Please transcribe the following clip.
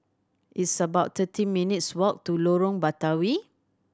it's about thirteen minutes' walk to Lorong Batawi